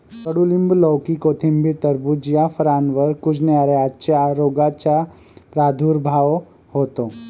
कडूलिंब, लौकी, कोथिंबीर, टरबूज या फळांवर कुजण्याच्या रोगाचा प्रादुर्भाव होतो